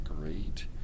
great